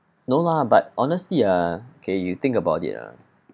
no lah but honesty ah okay you think about it ah